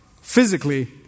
Physically